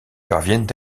parviennent